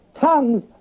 tongues